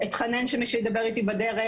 ואתחנן שמישהו ידבר איתי בדרך.